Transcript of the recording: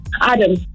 Adam